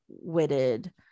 witted